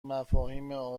مفاهیم